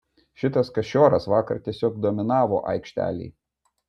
šitas kašioras vakar tiesiog dominavo aikštelėj